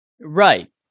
Right